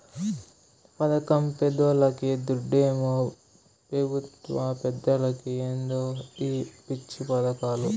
పదకం పేదోల్లకి, దుడ్డేమో పెబుత్వ పెద్దలకి ఏందో ఈ పిచ్చి పదకాలు